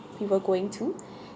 we were going to